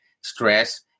stress